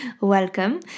welcome